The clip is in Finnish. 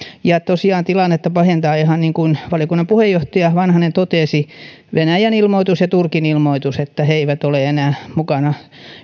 ja tosiaan tilannetta pahentaa ihan niin kuin valiokunnan puheenjohtaja vanhanen totesi venäjän ilmoitus ja turkin ilmoitus että ne eivät ole enää mukana